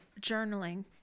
journaling